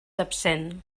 absent